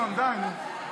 ינון, די, נו.